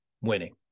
winning